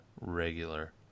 regular